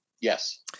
Yes